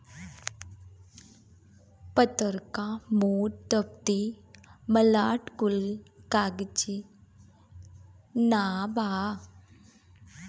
पतर्का, मोट, दफ्ती, मलाट कुल कागजे नअ बाअ